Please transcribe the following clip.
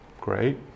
great